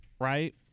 Right